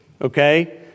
okay